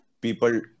People